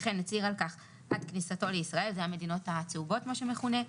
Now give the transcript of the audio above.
וכן הצהיר על כך עד כניסתו לישראל," זה המדינות הצהובות מה שמכונה.